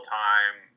time